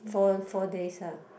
for four days lah